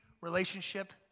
relationship